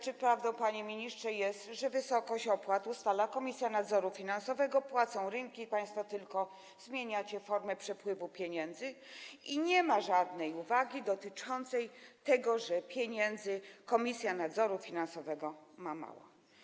Czy prawdą jest, panie ministrze, że wysokość opłat ustala Komisja Nadzoru Finansowego, płacą rynki, państwo tylko zmieniacie formę przepływu pieniędzy i nie ma żadnej uwagi dotyczącej tego, że pieniędzy Komisja Nadzoru Finansowego ma mało?